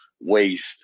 waste